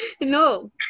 No